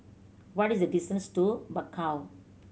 what is the distance to Bakau